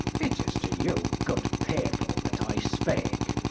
it is to you good people, that i speake,